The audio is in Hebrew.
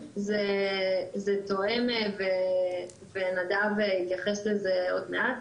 זה תואם ונדב יתייחס לזה עוד מעט.